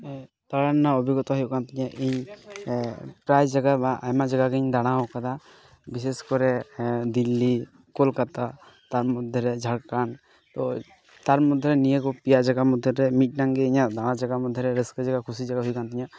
ᱫᱟᱬᱟᱱ ᱨᱮᱱᱟᱜ ᱚᱵᱷᱤᱜᱚᱛᱟ ᱦᱩᱭᱩᱜᱠᱟᱱ ᱛᱤᱧᱟᱹ ᱤᱧ ᱯᱨᱟᱭ ᱡᱟᱭᱜᱟ ᱵᱟᱝ ᱟᱭᱢᱟ ᱡᱟᱭᱜᱟᱜᱤᱧ ᱫᱟᱬᱟᱣ ᱠᱟᱫᱟ ᱵᱤᱥᱮᱥ ᱠᱚᱨᱮ ᱫᱤᱞᱞᱤ ᱠᱳᱞᱠᱟᱛᱟ ᱛᱟᱨᱢᱚᱫᱽᱫᱷᱮᱨᱮ ᱡᱷᱟᱲᱠᱷᱚᱸᱰ ᱛᱳ ᱛᱟᱨ ᱢᱚᱫᱽᱫᱷᱮᱨᱮ ᱱᱤᱭᱟᱹᱠᱚ ᱯᱮᱭᱟ ᱡᱟᱭᱜᱟ ᱢᱚᱫᱽᱫᱷᱮᱨᱮ ᱢᱤᱫᱴᱮᱱ ᱜᱮ ᱤᱧᱟᱹᱜ ᱫᱟᱬᱟᱱ ᱡᱟᱭᱜᱟ ᱢᱚᱫᱽᱫᱷᱮᱨᱮ ᱤᱧᱟᱹᱜ ᱨᱟᱹᱥᱠᱟᱹ ᱡᱟᱜᱟ ᱠᱩᱥᱤ ᱡᱟᱜᱟ ᱦᱩᱭᱠᱟᱱ ᱛᱤᱧᱟᱹ